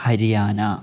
Haryana